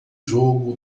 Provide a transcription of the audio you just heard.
jogo